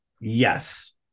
Yes